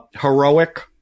heroic